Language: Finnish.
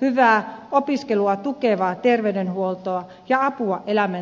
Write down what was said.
hyvää opiskelua tukevaa terveydenhuoltoa ja apua elämäntilanteisiinsa